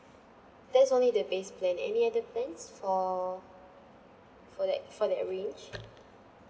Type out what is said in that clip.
that's only the base plan any other plans for for that for that range